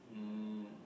um